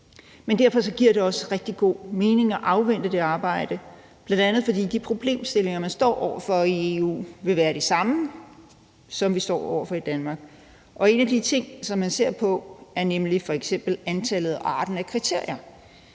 Derfor giver det også rigtig god mening at afvente det arbejde, bl.a. fordi de problemstillinger, man står over for i EU, vil være de samme, som vi står over for i Danmark. En af de ting, som man ser på, er nemlig antallet og arten af kriterier.